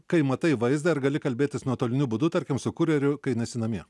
kai matai vaizdą ar gali kalbėtis nuotoliniu būdu tarkim su kurjeriu kai nesi namie